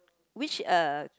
which uh